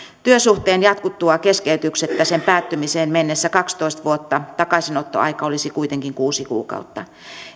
työsuhteen jatkuttua keskeytyksettä sen päättymiseen mennessä kaksitoista vuotta takaisinottoaika olisi kuitenkin kuusi kuukautta